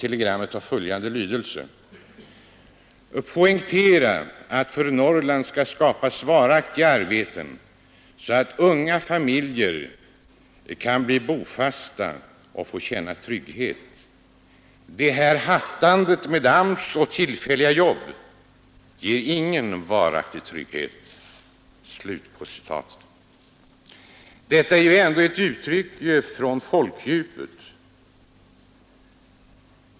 Telegrammet har följande lydelse: ”Poängtera att för Norrland skall skapas varaktiga arbeten så att unga familjer kan bli bofasta och få känna trygghet. Det här hattandet med AMS och tillfälliga jobb ger ingen varaktig trygghet.” Detta är ett uttryck från folkdjupet.